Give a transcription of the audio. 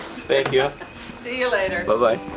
thank you. see you later. but but